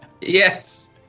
Yes